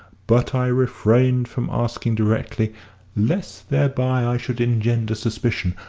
but i refrained from asking directly lest thereby i should engender suspicion,